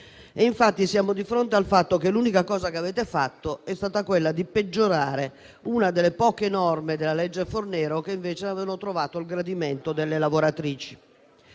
infatti di fronte al fatto che l'unica cosa che avete fatto è stata peggiorare una delle poche norme della legge Fornero che invece aveva trovato il gradimento delle lavoratrici;